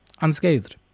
unscathed